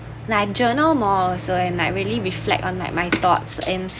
like journal more so and like really reflect on like my thoughts and